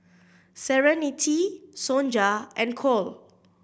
Serenity Sonja and Cole